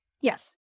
Yes